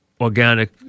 organic